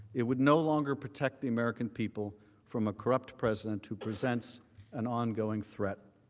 it would no longer protect the american people from a corrupt president who presents an ongoing threat.